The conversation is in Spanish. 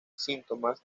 síntomas